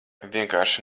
vienkārši